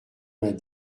vingt